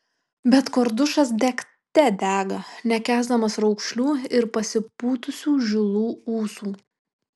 bet kordušas degte dega nekęsdamas raukšlių ir pasipūtusių žilų ūsų